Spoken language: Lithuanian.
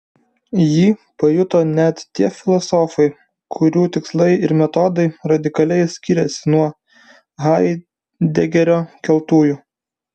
jį pajuto net tie filosofai kurių tikslai ir metodai radikaliai skiriasi nuo haidegerio keltųjų